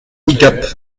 gap